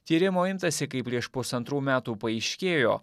tyrimo imtasi kai prieš pusantrų metų paaiškėjo